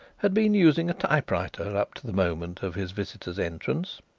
had been using a typewriter up to the moment of his visitor's entrance.